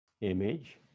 image